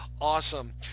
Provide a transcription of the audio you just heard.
awesome